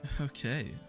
Okay